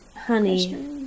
honey